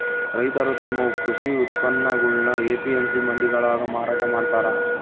ರೈತರು ತಮ್ಮ ಕೃಷಿ ಉತ್ಪನ್ನಗುಳ್ನ ಎ.ಪಿ.ಎಂ.ಸಿ ಮಂಡಿಗಳಾಗ ಮಾರಾಟ ಮಾಡ್ತಾರ